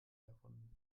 erfunden